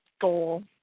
goal